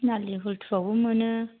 थिनालि हुल्टुआवबो मोनो